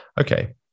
okay